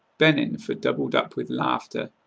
bennin for doubled-up with laughter,